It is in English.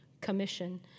commission